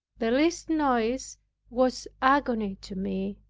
the least noise was agony to me,